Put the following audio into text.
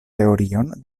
teorion